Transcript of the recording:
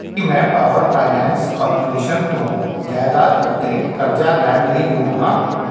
ਕੀ ਮੈਂ power finance corporation ਤੋਂ ਜਾਇਦਾਦ ਉੱਤੇ ਕਰਜ਼ਾ ਲੈਣ ਲਈ ਯੋਗ ਹਾਂ